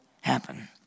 happen